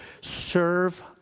Serve